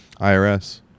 IRS